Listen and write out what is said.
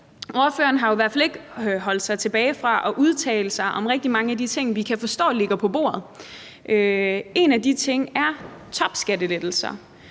ordføreren har i hvert fald ikke holdt sig tilbage fra at udtale sig om rigtig mange af de ting, vi kan forstå ligger på bordet. En af de ting er topskattelettelser,